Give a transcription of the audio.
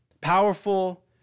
Powerful